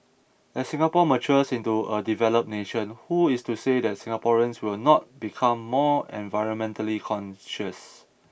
as Singapore matures into a developed nation who is to say that Singaporeans will not become more environmentally conscious